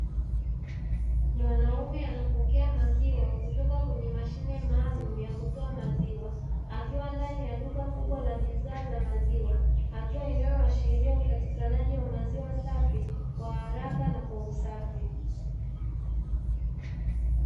Mwanaume anapokea maziwa kutoka kwenye mashine maalumu ya kutoa maziwa, akiwa ndani ya duka kubwa la bidhaa maziwa hatua inayoashiria upatikanaji wa maziwa safi kwa haraka na kwa usafi.